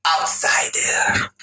outsider